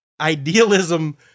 idealism